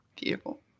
beautiful